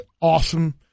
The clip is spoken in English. Awesome